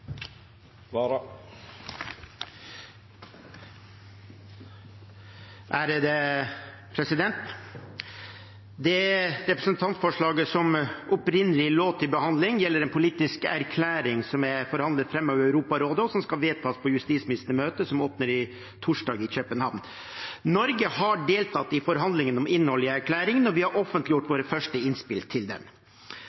Det representantforslaget som opprinnelig lå til behandling, gjelder en politisk erklæring som er forhandlet fram av Europarådet, og som skal vedtas på justisministermøtet, som starter på torsdag i København. Norge har deltatt i forhandlingene om innholdet i erklæringen, og vi har offentliggjort